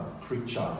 creature